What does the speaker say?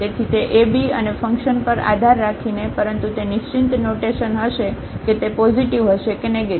તેથી તે ab અને ફંકશન પર આધાર રાખીને પરંતુ તે નિશ્ચિત નોટેશન હશે કે તે પોઝિટિવ હશે કે નેગેટીવ